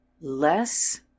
less